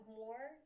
more